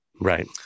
Right